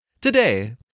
Today